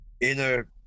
inner